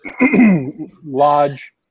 lodge